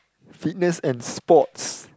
fitness and sports